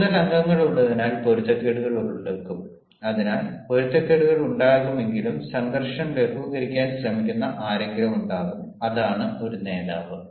കൂടുതൽ അംഗങ്ങളുള്ളതിനാൽ പൊരുത്തക്കേടുകൾ ഉടലെടുക്കും അതിനാൽ പൊരുത്തക്കേടുകൾ ഉണ്ടാകുമെങ്കിലും സംഘർഷം ലഘൂകരിക്കാൻ ശ്രമിക്കുന്ന ആരെങ്കിലും ഉണ്ടാവും അതാണ് ഒരു നേതാവ്